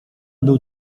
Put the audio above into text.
był